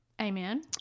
Amen